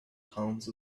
haunts